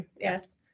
yes